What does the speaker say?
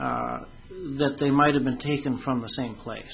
that they might have been taken from the same place